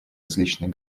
различных